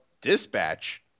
Dispatch